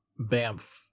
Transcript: BAMF